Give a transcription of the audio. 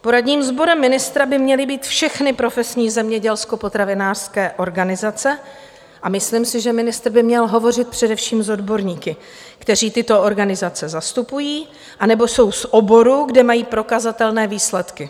Poradním sborem ministra by měly být všechny profesní zemědělskopotravinářské organizace a myslím si, že ministr by měl hovořit především s odborníky, kteří tyto organizace zastupují anebo jsou z oboru, kde mají prokazatelné výsledky.